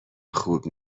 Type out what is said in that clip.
خوب